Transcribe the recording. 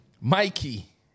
Mikey